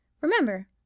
Remember